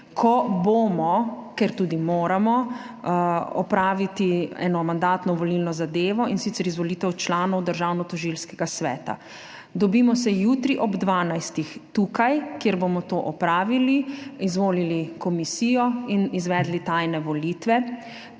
ko bomo, ker tudi moramo, opravili eno mandatno-volilno zadevo, in sicer izvolitev članov Državnotožilskega sveta. Dobimo se jutri ob dvanajstih tukaj, kjer bomo to opravili, izvolili komisijo in izvedli tajne volitve.